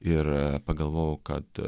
ir pagalvojau kad